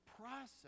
process